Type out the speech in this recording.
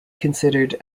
considered